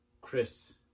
chris